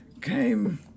came